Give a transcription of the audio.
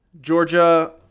Georgia